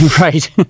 right